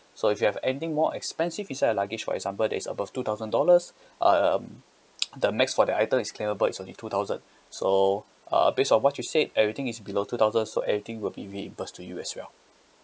so if you have anything more expensive inside your luggage for example there is above two thousand dollars uh um the max for the item is claimable is only two thousand so uh based on what you said everything is below two thousand so everything will be reimbursed to you as well